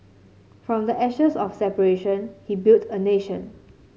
from the ashes of separation he built a nation